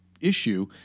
issue